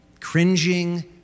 Cringing